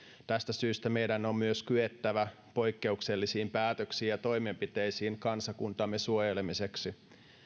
tästä syystä meidän on myös kyettävä poikkeuksellisiin päätöksiin ja toimenpiteisiin kansakuntamme suojelemiseksi